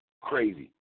Crazy